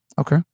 Okay